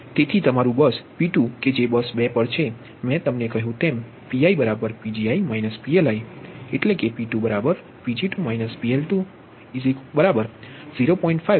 તેથી તમારું બસ P2 કે જે બસ 2 પર છે મેં તમને કહ્યું તેમ PiPgi PLi તેથી P2Pg2 PL2 0